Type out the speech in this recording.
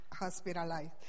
Hospitalized